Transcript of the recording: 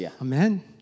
Amen